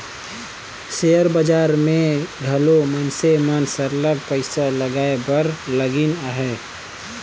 share बजार में घलो मइनसे मन सरलग पइसा लगाए बर लगिन अहें